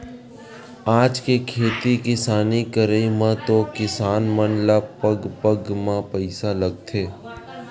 आज के खेती किसानी करई म तो किसान मन ल पग पग म पइसा लगथे